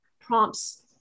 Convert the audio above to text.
prompts